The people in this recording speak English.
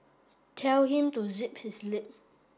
tell him to zip his lip